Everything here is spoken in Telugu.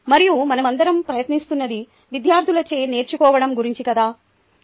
మరియు మనమందరం ప్రయత్నిస్తున్నది విద్యార్థులచే నేర్చుకోవడం గురించి కదా